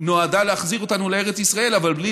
נועדה להחזיר אותנו לארץ ישראל אבל בלי